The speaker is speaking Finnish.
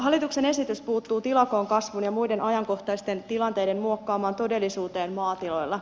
hallituksen esitys puuttuu tilakoon kasvun ja muiden ajankohtaisten tilanteiden muokkaamaan todellisuuteen maatiloilla